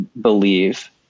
believe